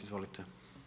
Izvolite.